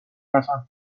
پسند